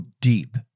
deep